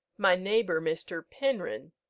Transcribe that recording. my neighbour, mr. penrhyn,